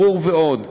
אוורור ועוד.